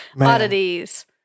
Oddities